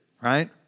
right